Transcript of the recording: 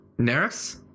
Neris